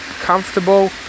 comfortable